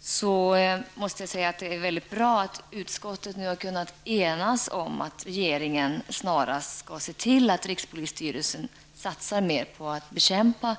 tycker jag att det är bra att utskottet nu kunnat enas om att regeringen snarast skall se till att rikspolisstyrelsen satsar mer på att bekämpa